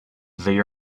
they